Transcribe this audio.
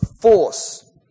force